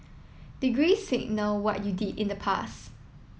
degrees signal what you did in the pass